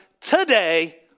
Today